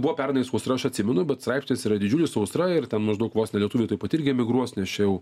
buvo pernai sausra aš atsimenu bet straipsnis yra didžiulis sausra ir ten maždaug vos ne lietuvių taip pat irgi emigruos nes čia jau